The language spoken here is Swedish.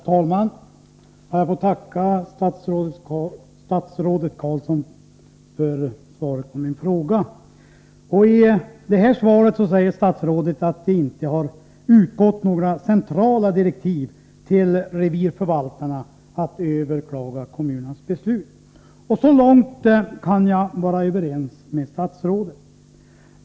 Herr talman! Jag får tacka statsrådet Carlsson för svaret på min fråga. I svaret säger statsrådet att det inte har utgått några centrala direktiv till revirförvaltarna att överklaga kommunernas beslut, och så långt kan jag vara överens med statsrådet.